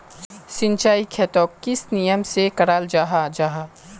सिंचाई खेतोक किस नियम से कराल जाहा जाहा?